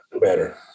better